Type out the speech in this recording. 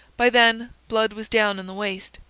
by then blood was down in the waist,